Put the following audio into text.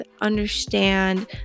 understand